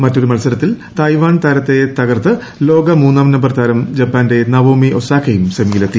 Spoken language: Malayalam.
മറ്റൊരു മത്സരത്തിൽ തായ്വാൻ താരത്തെ തകർത്ത് ലോക മൂന്നാംനമ്പർ താരം ജപ്പാന്റെ നവോമി ഒസാക്കയും സെമിയിലെത്തി